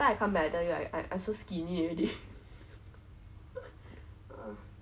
and then I'm just like oh my god I cannot take this 我真的受不了